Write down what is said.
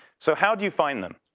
so how do you find them?